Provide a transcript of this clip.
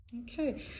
Okay